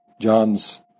John's